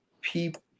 people –